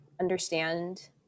understand